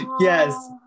yes